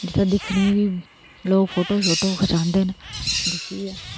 जित्थै दिक्खने बी लोग फोटू खिचांदे न